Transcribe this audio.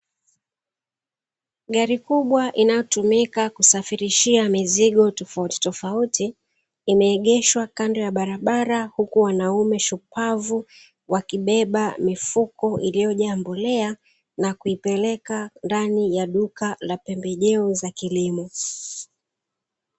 Gari kubwa inayotumika kusafirishia mizigo tofautitofauti imeegeshwa kando ya barabara, huku wanaume shupavu wakibeba mifuko iliyojaa mbolea, na kuipeleka ndani ya duka la pembejeo za kilimo.